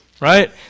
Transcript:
right